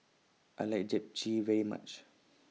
I like Japchae very much